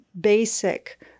basic